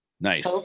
Nice